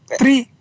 three